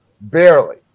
barely